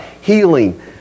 healing